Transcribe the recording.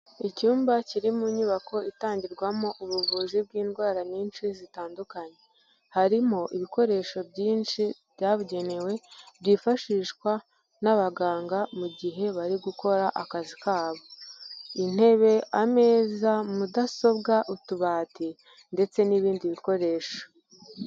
Icyumba kiri mu nyubako itangirwamo ubuvuzi bw'indwara nyinshi zitandukanye, harimo ibikoresho byinshi byabugenewe, byifashishwa n'abaganga mu gihe bari gukora akazi kabo, intebe, ameza, mudasobwa, utubati ndetse n'ibindi bikoresho.